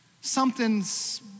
Something's